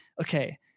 okay